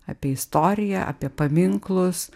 apie istoriją apie paminklus